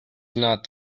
not